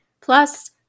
Plus